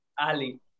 Ali